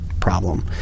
problem